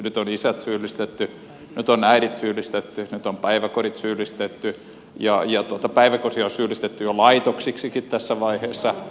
nyt on isät syyllistetty nyt on äidit syyllistetty nyt on päiväkodit syyllistetty ja päiväkoteja on syytetty jo laitoksiksikin tässä vaiheessa